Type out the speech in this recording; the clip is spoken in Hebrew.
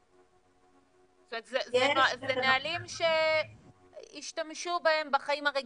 זאת אומרת זה נהלים שהשתמשו בהם בחיים הרגילים,